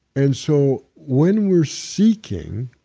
and so when we're seeking,